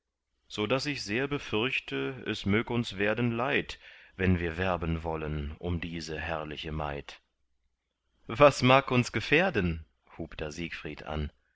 so daß ich sehr befürchte es mög uns werden leid wenn wir werben wollen um diese herrliche maid was mag uns gefährden hub da siegfried an